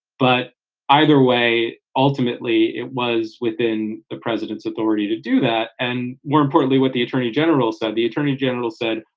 but either way, ultimately, it was within the president's authority to do that. and more importantly, what the attorney general said, the attorney general said,